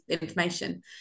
information